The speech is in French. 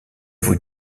vos